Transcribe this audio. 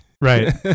Right